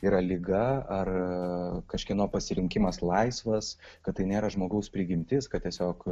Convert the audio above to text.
yra liga ar kažkieno pasirinkimas laisvas kad tai nėra žmogaus prigimtis kad tiesiog